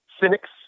cynics